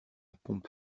pompe